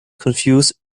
confuse